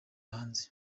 hanze